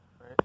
right